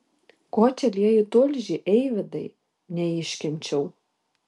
ko čia lieji tulžį eivydai neiškenčiau